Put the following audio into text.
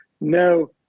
no